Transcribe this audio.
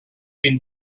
been